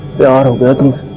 the ah and organs